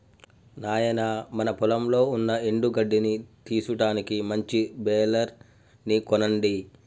నాయినా మన పొలంలో ఉన్న ఎండు గడ్డిని తీసుటానికి మంచి బెలర్ ని కొనండి